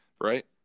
Right